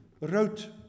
wrote